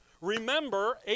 Remember